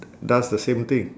does the same thing